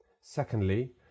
Secondly